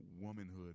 womanhood